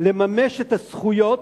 לממש את הזכויות,